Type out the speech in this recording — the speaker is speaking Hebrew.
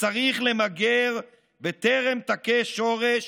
שצריך למגר בטרם תכה שורש